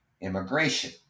immigration